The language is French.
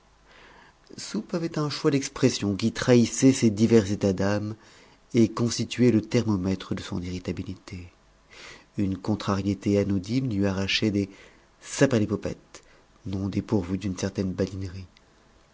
soupe avait un choix d'expressions qui trahissait ses divers états d'âme et constituait le thermomètre de son irritabilité une contrariété anodine lui arrachait des saperlipopette non dépourvus d'une certaine badinerie